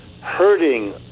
hurting